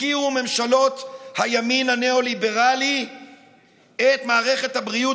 הפקירו ממשלות הימין הניאו-ליברלי את מערכת הבריאות.